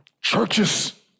Churches